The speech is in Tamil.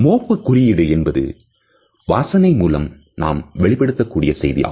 மோப்பக் குறியீடு என்பது வாசனை மூலம் நாம் வெளிப்படுத்தக்கூடிய செய்தியாகும்